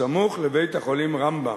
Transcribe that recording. בסמוך לבית-החולים "רמב"ם".